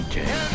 James